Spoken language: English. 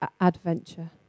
adventure